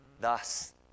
thus